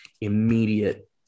immediate